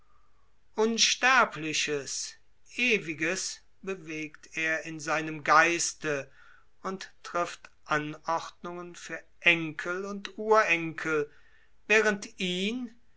unsterbliches ewiges bewegt er in seinem geiste und trifft anordnungen für enkel und urenkel während ihn